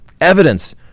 Evidence